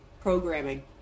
programming